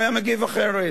הוא היה מגיב אחרת.